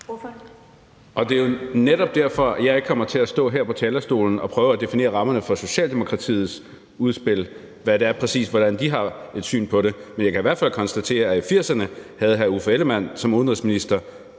Det er jo netop derfor, jeg ikke kommer til at stå her på talerstolen og prøve at definere rammerne for Socialdemokratiets udspil, og hvad det er for et syn, de præcis har på det. Men jeg kan i hvert fald konstatere, at i 1980'erne havde hr. Uffe Ellemann-Jensen som udenrigsminister